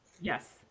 Yes